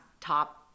top